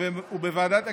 בוועדת הכלכלה,